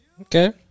Okay